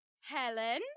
Helen